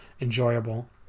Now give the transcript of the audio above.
Enjoyable